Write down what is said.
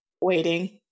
waiting